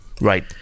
Right